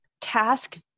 Task